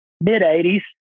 mid-80s